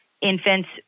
infants